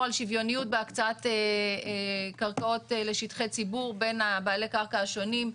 על שוויוניות בהקצאת קרקעות לשטחי ציבור בין בעלי הקרקע השונים,